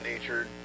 nature